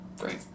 great